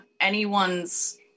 anyone's